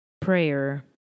Prayer